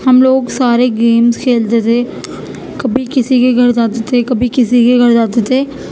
ہم لوگ سارے گیمس کھیلتے تھے کبھی کسی کے گھر جاتے تھے کبھی کسی کے گھر جاتے تھے